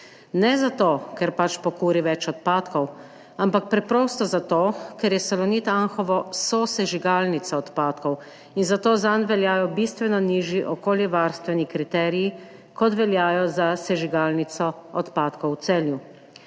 Ne zato, ker pač pokuri več odpadkov, ampak preprosto zato, ker je Salonit Anhovo sosežigalnica odpadkov in zato zanj veljajo bistveno nižji okoljevarstveni kriteriji, kot veljajo za sežigalnico odpadkov v Celju.